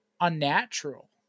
unnatural